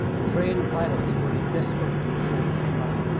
the trained pilots were in desperately short supply.